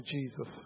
Jesus